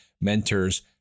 mentors